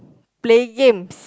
play games